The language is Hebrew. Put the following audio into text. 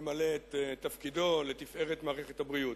ממלא את תפקידו, לתפארת מערכת הבריאות.